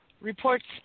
reports